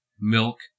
milk